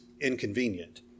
inconvenient